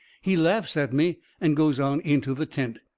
he laughs at me and goes on into the tent.